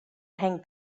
hang